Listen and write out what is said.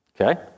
Okay